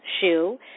shoe